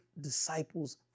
disciples